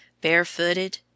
Barefooted